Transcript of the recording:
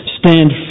stand